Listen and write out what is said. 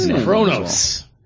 Chronos